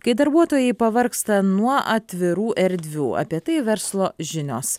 kai darbuotojai pavargsta nuo atvirų erdvių apie tai verslo žinios